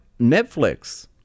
Netflix